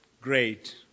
great